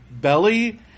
belly